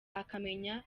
akamenya